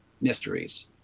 mysteries